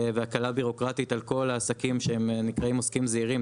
והקלה בירוקרטית על כל העסקים שנקראים "עוסקים זעירים".